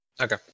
Okay